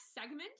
segment